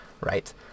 right